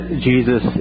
Jesus